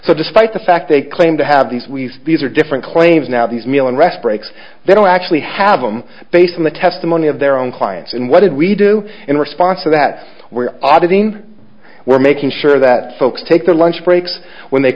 so despite the fact they claim to have these we these are different claims now these meal and rest breaks they don't actually have them based on the testimony of their own clients and what did we do in response so that we're auditing we're making sure that folks take their lunch breaks when they